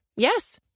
Yes